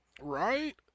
right